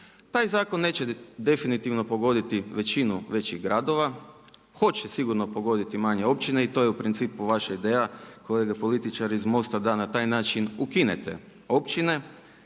Taj zakon neće definitivno pogoditi većinu većih gradova. Hoće sigurno pogoditi manje općine i to je u principu vaša ideja kolege političari iz MOST-a da na taj način ukinete općine